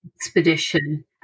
expedition